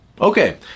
Okay